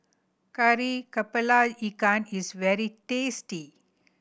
Kari Kepala Ikan is very tasty